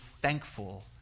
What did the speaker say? thankful